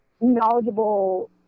knowledgeable